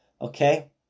Okay